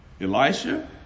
Elisha